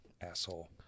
Asshole